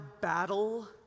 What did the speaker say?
battle